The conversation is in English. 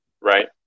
Right